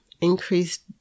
increased